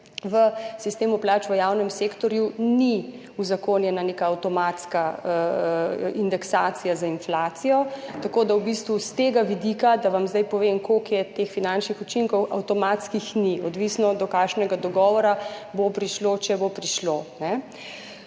V sistemu plač v javnem sektorju ni uzakonjena neka avtomatska indeksacija z inflacijo, tako da v bistvu s tega vidika, da vam zdaj povem, koliko je teh avtomatskih finančnih učinkov, jih ni. Odvisno, do kakšnega dogovora bo prišlo, če bo prišlo.